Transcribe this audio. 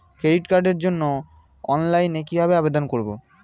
Credit কার্ডের জন্য অনলাইনে কিভাবে আবেদন করব?